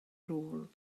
rôl